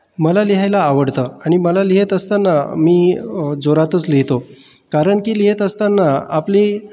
मला लिहायला आवडतं आणि मला लिहित असताना मी जोरातच लिहितो कारण की लिहित असताना आपली